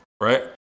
right